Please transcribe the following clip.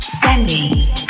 Sandy